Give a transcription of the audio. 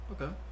Okay